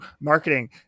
marketing